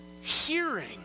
hearing